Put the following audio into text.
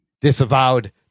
disavowed